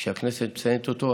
שהכנסת מציינת אותו,